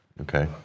Okay